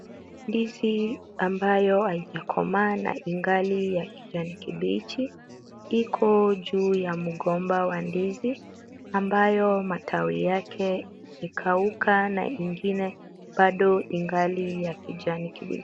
Ndizi ambayo haijakomaa na ingali ya kijani kibichi Iko juu ya mgomba wa ndizi ambayo matawi yake imekauka na ingine Bado ingali ya kijani kibichi.